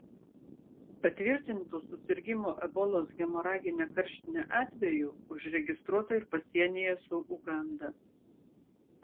patvirtintų susirgimo ebolos hemoragine karštine atvejų užregistruota ir pasienyje su uganda